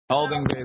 holding